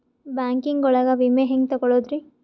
Banking ಒಳಗ ವಿಮೆ ಹೆಂಗ್ ತೊಗೊಳೋದ್ರಿ?